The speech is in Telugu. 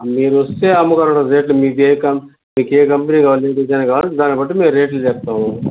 మీరు వస్తే అమ్మగారు రేట్లు మీకు ఏ మీకు ఏ కంపెనీ కావాలి ఏ డిజైన్ కావాలి దాన్నిబట్టి మేము రేట్లు చెప్తాము